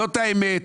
זאת האמת.